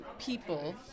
people